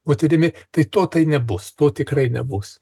moterimi tai to tai nebus to tikrai nebus